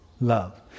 love